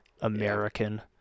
American